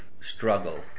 struggle